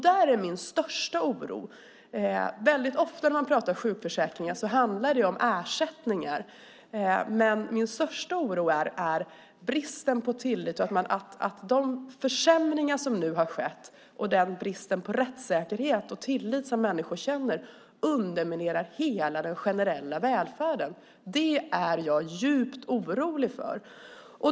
Där är min största oro. När man pratar om sjukförsäkring handlar det ofta om ersättningar, men min största oro är bristen på tillit - att de försämringar som nu har skett och den brist på tillit som människor känner underminerar hela den generella välfärden. Det är jag djupt orolig för.